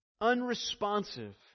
unresponsive